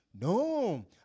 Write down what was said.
No